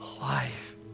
life